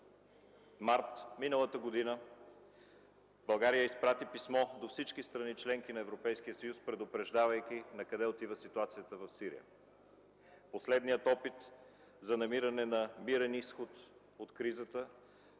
март миналата година България изпрати писмо до всички страни – членки на Европейския съюз, предупреждавайки накъде отива ситуацията в Сирия. Последният опит за намиране на мирен изход от кризата